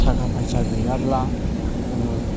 थाखा फैसा गैयाब्ला जोङो